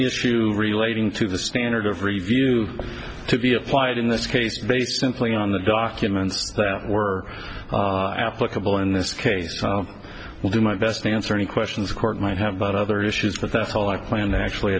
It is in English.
issue relating to the standard of review to be applied in this case based simply on the documents that were applicable in this case i will do my best to answer any questions court might have but other issues but that's how i plan to actually